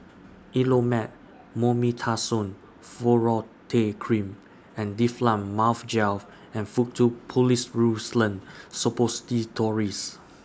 Elomet Mometasone Furoate Cream and Difflam Mouth Gel and Faktu Policresulen Suppositories